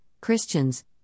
Christians